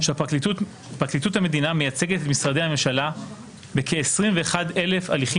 שפרקליטות המדינה מייצגת את משרדי הממשלה בכ-21,000 הליכים